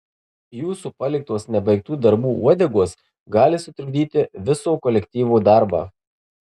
jūsų paliktos nebaigtų darbų uodegos gali sutrikdyti viso kolektyvo darbą